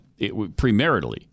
premaritally